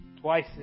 Twice